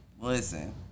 Listen